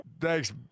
thanks